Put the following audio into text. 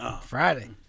Friday